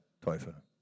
Teufel